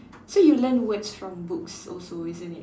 so you learn words from books also isn't it